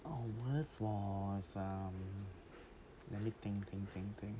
our worst was um let me think think think think